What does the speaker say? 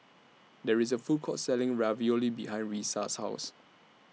There IS A Food Court Selling Ravioli behind Risa's House